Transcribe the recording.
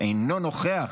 אינו נוכח.